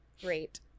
great